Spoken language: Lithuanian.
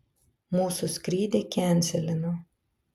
mūsų skrydį kenselino